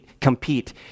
compete